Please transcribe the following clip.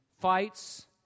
fights